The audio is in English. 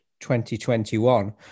2021